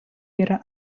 yra